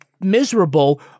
miserable